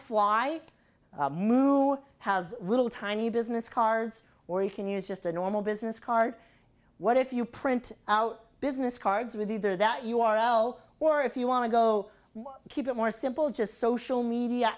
fly move has little tiny business cards or you can use just a normal business card what if you print out business cards with either that u r l or if you want to go keep it more simple just social media